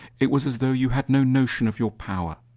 it was as though you had no notion of your power.